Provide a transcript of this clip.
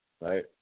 right